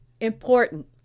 important